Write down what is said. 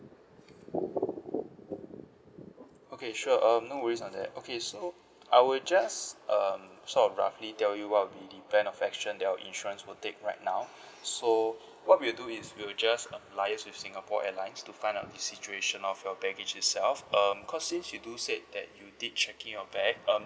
okay sure um no worries on that okay so I will just um sort of roughly tell you what will be the plan of action that our insurance will take right now so what we'll do is we'll just uh liaise with singapore airlines to find out situation of your baggage itself um cause since you do said that you did checked in your bag um